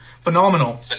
phenomenal